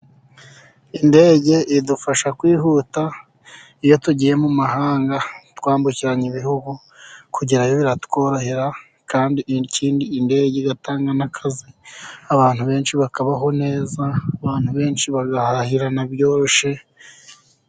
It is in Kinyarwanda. Indege idufasha kwihuta iyo tugiye mu mahanga twambukiranya ibihugu kugerayo biratworohera. Kandi ikindi indege igatanga n' akazi abantu benshi bakabaho neza, abantu benshi bagahahirana byoroshye...